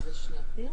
הוא היה אמור לשבת.